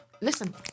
Listen